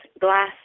glass